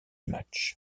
match